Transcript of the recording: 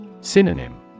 Synonym